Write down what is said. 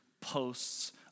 posts